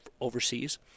overseas